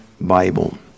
Bible